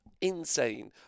insane